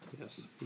Yes